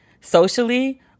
socially